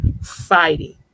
fighting